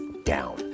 Down